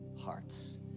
hearts